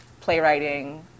playwriting